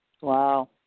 Wow